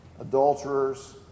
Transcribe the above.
adulterers